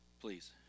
Please